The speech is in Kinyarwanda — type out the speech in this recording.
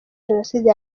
jenoside